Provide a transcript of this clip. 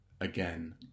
again